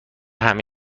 همه